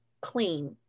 clean